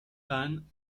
tan